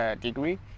degree